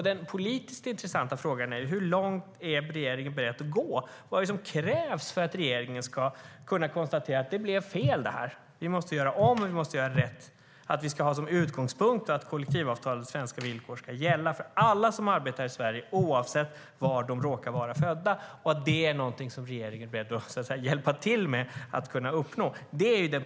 Den politiskt intressanta frågan är hur långt regeringen är beredd att gå och vad som krävs för att regeringen ska konstatera: Det blev fel. Vi måste göra om och göra rätt. Vi ska ha som utgångspunkt att kollektivavtal och svenska villkor ska gälla för alla som arbetar i Sverige oavsett var de råkar vara födda. Det är vi som regering beredd att hjälpa till att uppnå.